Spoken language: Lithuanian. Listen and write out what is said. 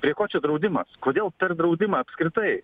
prie ko čia draudimas kodėl per draudimą apskritai